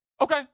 Okay